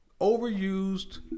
overused